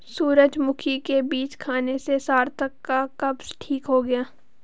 सूरजमुखी के बीज खाने से सार्थक का कब्ज ठीक हो गया